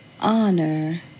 honor